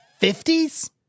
50s